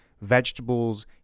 vegetables